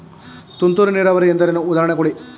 ತುಂತುರು ನೀರಾವರಿ ಎಂದರೇನು, ಉದಾಹರಣೆ ಕೊಡಿ?